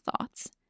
thoughts